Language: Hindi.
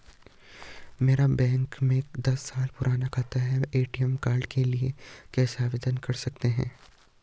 मेरा बैंक में दस साल पुराना खाता है मैं ए.टी.एम कार्ड के लिए कैसे आवेदन कर सकता हूँ?